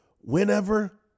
Whenever